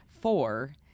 four